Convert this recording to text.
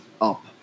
up